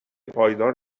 پایدار